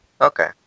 Okay